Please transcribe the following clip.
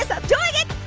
i'm doing it.